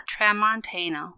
tramontano